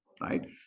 right